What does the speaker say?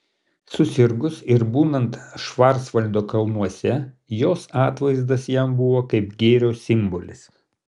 susirgus ir būnant švarcvaldo kalnuose jos atvaizdas jam buvo kaip gėrio simbolis